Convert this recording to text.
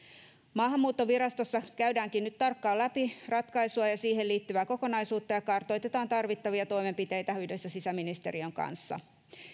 maahanmuuttovirastossa käydäänkin nyt tarkkaan läpi ratkaisua ja siihen liittyvää kokonaisuutta ja kartoitetaan tarvittavia toimenpiteitä yhdessä sisäministeriön kanssa